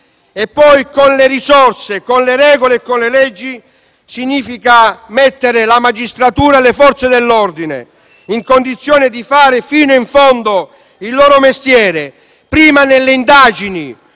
con le risorse, le regole e le leggi significa invece mettere la magistratura e le Forze dell'ordine nella condizione di fare fino in fondo il proprio mestiere, prima nelle indagini